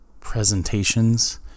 presentations